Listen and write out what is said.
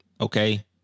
Okay